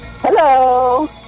Hello